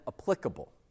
applicable